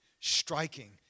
striking